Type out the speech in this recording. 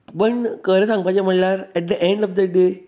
पूण खरें सांगपाचें म्हणल्यार at the end of the day